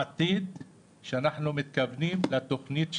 העתיד כשאנחנו מתכוונים לתוכנית שלנו.